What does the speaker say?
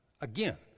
Again